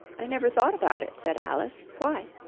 i never thought about it said alice. why?